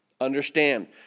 Understand